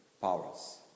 powers